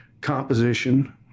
composition